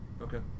Okay